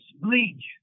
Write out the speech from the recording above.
bleach